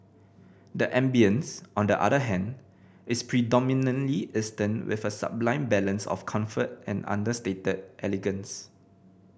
the ambience on the other hand is predominantly Eastern with a sublime balance of comfort and understated elegance